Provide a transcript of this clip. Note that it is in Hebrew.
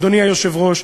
אדוני היושב-ראש,